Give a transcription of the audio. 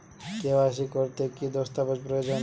KYC করতে কি দস্তাবেজ প্রয়োজন?